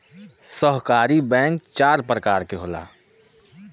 सहकारी बैंक चार परकार के होला